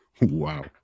Wow